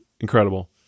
incredible